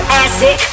acid